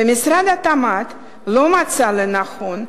ומשרד התמ"ת לא מצא לנכון,